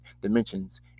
dimensions